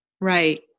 Right